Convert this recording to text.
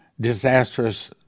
disastrous